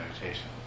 meditation